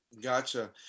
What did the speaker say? Gotcha